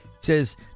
says